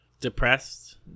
depressed